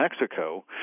Mexico